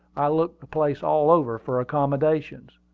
i looked the place all over for accommodations.